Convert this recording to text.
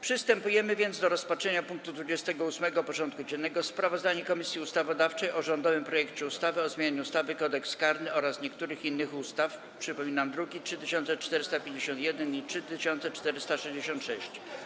Przystępujemy do rozpatrzenia punktu 28. porządku dziennego: Sprawozdanie Komisji Ustawodawczej o rządowym projekcie ustawy o zmianie ustawy Kodeks karny oraz niektórych innych ustaw (druki nr 3451 i 3466)